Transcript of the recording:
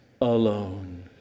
alone